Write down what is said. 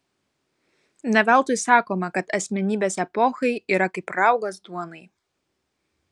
ne veltui sakoma kad asmenybės epochai yra kaip raugas duonai